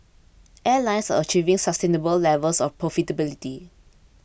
airlines are achieving sustainable levels of profitability